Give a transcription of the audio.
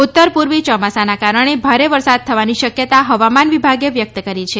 ઉત્તર પૂર્વી ચોમાસાના કારણે ભારે વરસાદ થવાની શકયતા હવામાન વિભાગે વ્યક્ત કરી છે